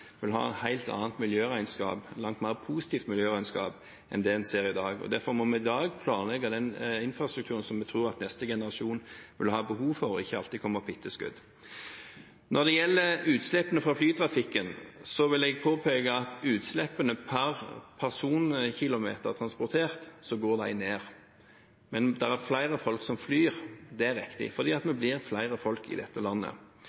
vil ha et helt annet miljøregnskap, et langt mer positivt miljøregnskap, enn det en ser i dag. Derfor må vi i dag planlegge den infrastrukturen som vi tror at neste generasjon vil ha behov for, og ikke alltid komme på etterskudd. Når det gjelder utslippene fra flytrafikken, vil jeg påpeke at utslippene per person, kilometer transportert, går ned. Men det er flere folk som flyr, det er riktig, fordi vi blir flere folk i dette landet,